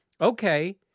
okay